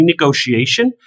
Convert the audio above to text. renegotiation